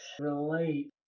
Relate